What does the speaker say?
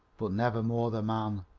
but never more the man.